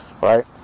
Right